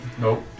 Nope